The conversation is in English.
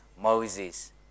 Moses